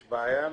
יש בעיה עם?